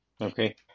Okay